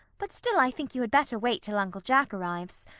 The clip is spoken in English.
but still i think you had better wait till uncle jack arrives.